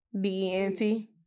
D-E-N-T